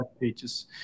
pages